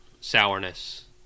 sourness